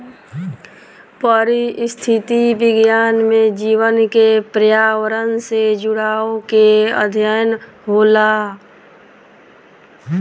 पारिस्थितिक विज्ञान में जीव के पर्यावरण से जुड़ाव के अध्ययन होला